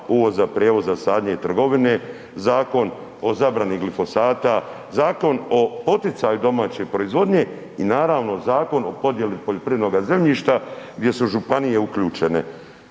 uvoza, prijevoza, sadnje i trgovine, zakon o zabrani glifosata, zakon o poticaju domaće proizvodnje i naravno zakon o podjeli poljoprivrednoga zemljišta gdje su županije uključene.